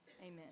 Amen